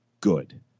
good